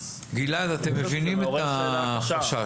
גלעד, אתם מבינים את החשש.